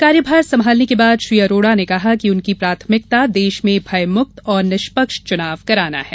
कार्यभार संभालने के बाद श्री अरोड़ा ने कहा कि उनकी प्राथमिकता देश में भयमुक्त और निष्पक्ष चुनाव कराना है